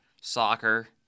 soccer